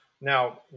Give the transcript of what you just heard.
Now